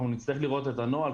אנחנו נצטרך לראות את הנוהל,